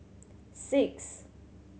six